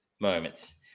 moments